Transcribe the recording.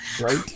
Right